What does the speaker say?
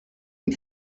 und